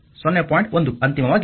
1 ಅಂತಿಮವಾಗಿ 10020